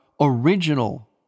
original